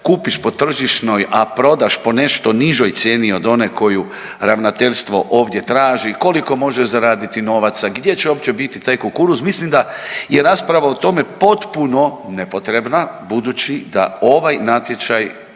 kupiš po tržišnoj, a prodaš po nešto nižoj cijeni od one koju ravnateljstvo ovdje traži koliko možeš zaraditi novaca, gdje će uopće biti taj kukuruz. Mislim da je rasprava o tome potpuno nepotrebna budući da ovaj natječaj